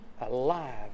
alive